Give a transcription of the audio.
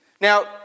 Now